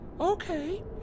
Okay